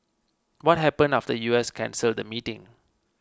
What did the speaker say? what happened after the U S cancelled the meeting